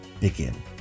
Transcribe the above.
begin